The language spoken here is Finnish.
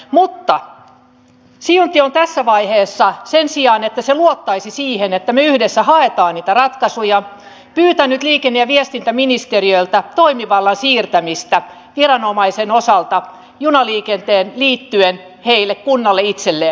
mutta siuntio on tässä vaiheessa sen sijaan että se luottaisi siihen että me yhdessä haemme niitä ratkaisuja pyytänyt liikenne ja viestintäministeriöltä toimivallan siirtämistä viranomaisen osalta junaliikenteeseen liittyen heille kunnalle itselleen